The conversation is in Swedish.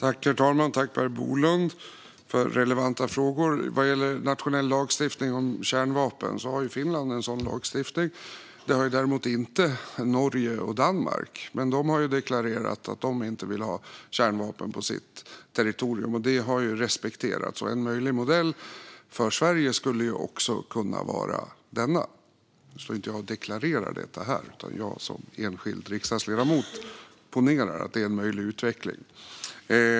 Herr talman! Tack, Per Bolund, för relevanta frågor! Vad gäller nationell lagstiftning om kärnvapen har ju Finland en sådan lagstiftning. Det har däremot inte Norge och Danmark, men de har deklarerat att de inte vill ha kärnvapen på sitt territorium. Detta har respekterats. En möjlig modell för Sverige skulle kunna vara denna. Nu står jag inte och deklarerar det här, utan jag som enskild riksdagsledamot ponerar att det vore en möjlig utveckling.